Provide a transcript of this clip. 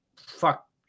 Fuck